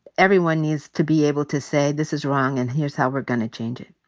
everyone needs to be able to say, this is wrong, and here's how we're gonna change it.